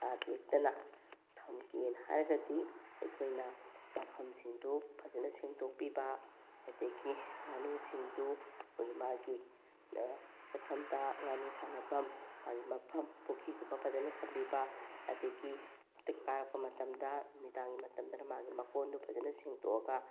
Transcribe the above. ꯅꯥꯗ ꯌꯦꯛꯇꯅ ꯊꯝꯒꯦꯅ ꯍꯥꯏꯔꯒꯗꯤ ꯑꯩꯈꯣꯏꯅ ꯃꯐꯝꯁꯤꯡꯗꯨ ꯐꯖꯅ ꯁꯦꯡꯗꯣꯛꯄꯤꯕ ꯑꯗꯒꯤ ꯉꯥꯅꯨꯁꯤꯡꯗꯨ ꯑꯩꯈꯣꯏꯒꯤ ꯃꯥꯒꯤ ꯆꯠꯐꯝꯗ ꯉꯥꯅꯨ ꯁꯥꯟꯅꯐꯝ ꯃꯥꯒꯤ ꯃꯐꯝ ꯄꯨꯈ꯭ꯔꯤꯒꯨꯝꯕ ꯐꯖꯅ ꯊꯝꯕꯤꯕ ꯑꯗꯒꯤ ꯀꯥꯔꯛꯄ ꯃꯇꯝꯗ ꯅꯨꯃꯤꯗꯥꯡꯒꯤ ꯃꯇꯝꯗꯅ ꯃꯥꯒꯤ ꯃꯀꯣꯟꯗꯨ ꯐꯖꯅ ꯁꯦꯡꯗꯣꯛꯑꯒ